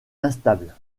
instable